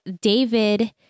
David